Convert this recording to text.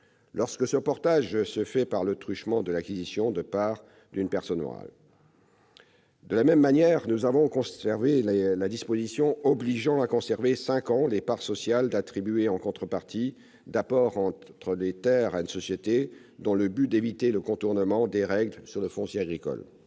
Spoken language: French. lorsque ce portage s'effectue par le truchement de l'acquisition de parts d'une personne morale. De la même manière, nous avons maintenu la disposition obligeant à conserver cinq ans les parts sociales attribuées en contrepartie d'apports en terres à une société, afin d'éviter le contournement des règles sur le foncier agricole.